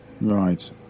Right